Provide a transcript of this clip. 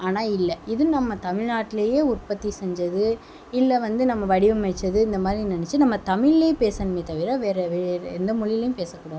ஆனால் இல்லை இது நம்ம தமிழ்நாட்லயே உற்பத்தி செஞ்சது இல்லை வந்து நம்ம வடிவமைச்சது இந்தமாதிரி நெனச்சு நம்ம தமிழ்ல பேசணுமே தவிர வேறு வேறு எந்த மொழிலையும் பேசக் கூடாது